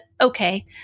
Okay